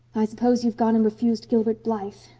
i suppose you've gone and refused gilbert blythe.